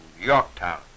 Yorktown